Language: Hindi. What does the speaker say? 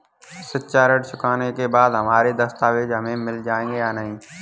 शिक्षा ऋण चुकाने के बाद हमारे दस्तावेज हमें मिल जाएंगे या नहीं?